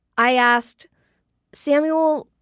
i asked samuel,